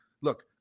look